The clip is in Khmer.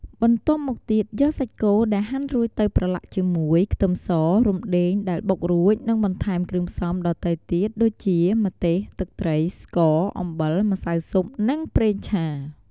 បន្ទាប់មកទៀតយកសាច់គោដែលហាន់រួចទៅប្រឡាក់ជាមួយខ្ទឹមស រំដេង ដែលបុករួច និងបន្ថែមគ្រឿងផ្សំដទៃទៀតដូចជាម្ទេសទឹកត្រីស្ករអំបិលម្សៅស៊ុបនិងប្រេងឆា។